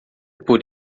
por